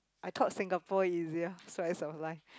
I thought Singapore easier slice of life